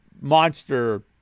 monster